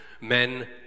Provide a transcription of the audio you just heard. men